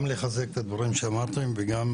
גם לחזק את הדברים שאמרתם, וגם